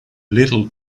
little